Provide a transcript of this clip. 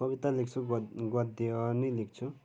कविता लेख्छु गद् गद्य पनि लेख्छु